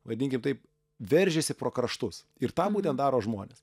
vadinkim taip veržiasi pro kraštus ir tą būtent daro žmonės